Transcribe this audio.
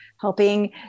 helping